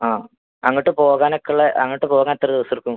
ആ അങ്ങോട്ട് പോകാനൊക്കെ ഉള്ള അങ്ങോട്ട് പോകാൻ എത്ര ദിവസം എടുക്കും